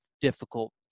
difficult